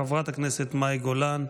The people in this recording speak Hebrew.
חברת הכנסת מאי גולן.